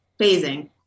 phasing